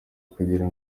kugira